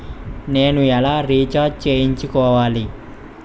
నేను ఎలా రీఛార్జ్ చేయించుకోవాలి?